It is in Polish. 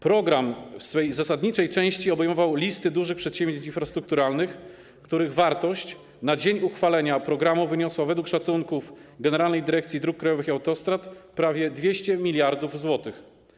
Program w swej zasadniczej części obejmował listę dużych przedsięwzięć infrastrukturalnych, których wartość na dzień uchwalenia programu wyniosła według szacunków Generalnej Dyrekcji Dróg Krajowych i Autostrad prawie 200 mld zł.